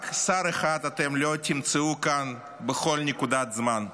רק שר אחד אתם לא תמצאו כאן בכל נקודת זמן,